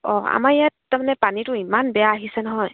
অঁ আমাৰ ইয়াত তাৰমানে পানীটো ইমান বেয়া আহিছে নহয়